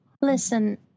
Listen